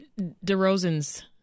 DeRozan's